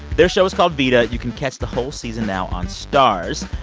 their show is called vida. you can catch the whole season now on starz.